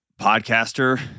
podcaster